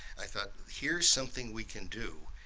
i thought here's something we can do,